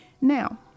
Now